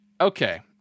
Okay